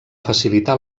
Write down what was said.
facilitar